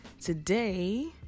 Today